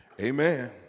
Amen